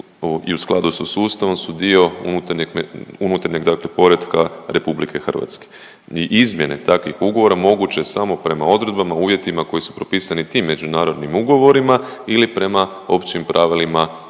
i u skladu sa sustavom su dio unutarnjeg dakle poretka Republike Hrvatske. I izmjene takvih ugovora moguće je samo prema odredbama, uvjetima koji su propisani tim međunarodnim ugovorima ili prema općim pravilima